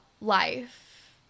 life